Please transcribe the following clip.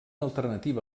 alternativa